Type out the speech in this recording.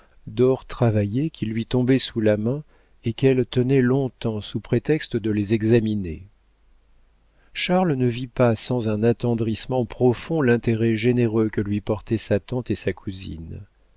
d'or travaillé qui lui tombaient sous la main et qu'elle tenait long-temps sous prétexte de les examiner charles ne vit pas sans un attendrissement profond l'intérêt généreux que lui portaient sa tante et sa cousine